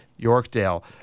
Yorkdale